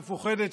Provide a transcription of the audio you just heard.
מפוחדת,